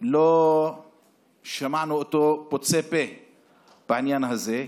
אפילו לא שמענו פוצה פה בעניין הזה,